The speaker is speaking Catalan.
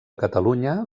catalunya